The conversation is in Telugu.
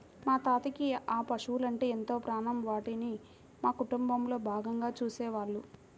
మా తాతకి ఆ పశువలంటే ఎంతో ప్రాణం, వాటిని మా కుటుంబంలో భాగంగా చూసేవాళ్ళు